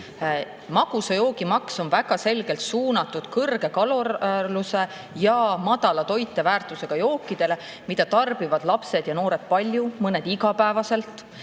Magusa joogi maks on väga selgelt suunatud kõrge kalorsuse ja madala toiteväärtusega jookidele, mida tarbivad lapsed ja noored palju, mõned iga päev.